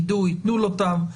ייתנו לו תו.